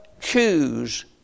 choose